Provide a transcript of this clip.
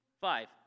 five